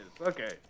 okay